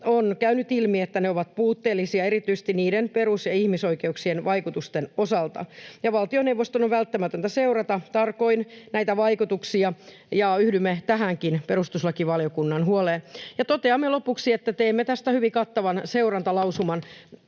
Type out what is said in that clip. on käynyt ilmi, että ne ovat puutteellisia erityisesti niiden perus- ja ihmisoikeuksien vaikutusten osalta, ja valtioneuvoston on välttämätöntä seurata tarkoin näitä vaikutuksia. Yhdymme tähänkin perustuslakivaliokunnan huoleen. Toteamme lopuksi, että teemme tämän valiokunnan